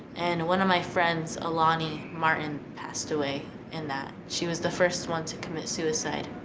and one of my friends, alanie martin, passed away in that. she was the first one to commit suicide.